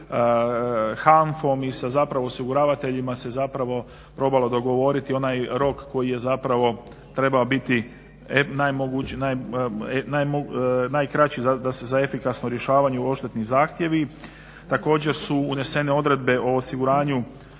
HANFA-om i sa zapravo osiguravateljima se zapravo probalo dogovoriti onaj rok koji je zapravo trebao biti najkraći za efikasno rješavanje odštetnih zahtjeva. Također su unesene odredbe o osiguranju